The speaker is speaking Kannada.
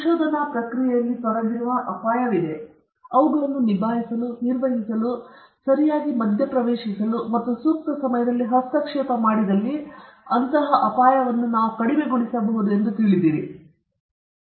ಸಂಶೋಧನಾ ಪ್ರಕ್ರಿಯೆಯಲ್ಲಿ ತೊಡಗಿರುವ ಅಪಾಯವಿದೆ ಮತ್ತು ಅವುಗಳನ್ನು ನಿಭಾಯಿಸಲು ನಿರ್ವಹಿಸಲು ಸರಿಯಾಗಿ ಮಧ್ಯಪ್ರವೇಶಿಸಲು ಮತ್ತು ಸೂಕ್ತ ಸಮಯದಲ್ಲಿ ಹಸ್ತಕ್ಷೇಪ ಮಾಡಿದಲ್ಲಿ ನಾವು ಅಪಾಯವನ್ನು ಕಡಿಮೆಗೊಳಿಸಬಹುದು ಎಂದು ತಿಳಿದಿರಲಿ